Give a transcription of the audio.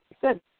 Good